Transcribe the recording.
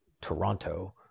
Toronto